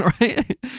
right